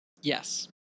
Yes